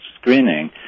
screening